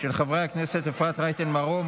של חברי הכנסת אפרת רייטן מרום,